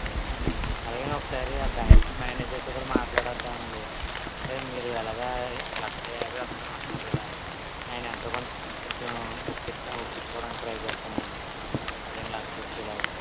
ఆయ్ అలాగే ఒకసారి ఆ బ్యాంక్ మేనేజర్తో కూడా మాట్లాడేద్దాం అండి అంటే మీరు ఎలాగో లక్ష యాభై వేలు వస్తాయి అంటున్నారు కదా ఆయన ఎంతో కొంత కొంచెం ఒప్పించి ఒప్పించుకోవడానికి ట్రై చేస్తాను అండి రెండు లక్షలు ఇచ్చేలాగ